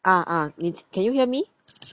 ah ah 你 can you hear me